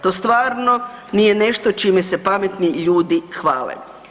To stvarno nije nešto čime se pametni ljudi hvale.